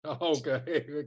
Okay